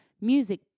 Music